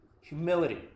humility